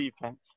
defense